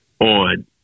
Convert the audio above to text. on